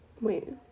Wait